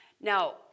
Now